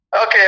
Okay